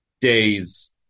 days